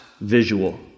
visual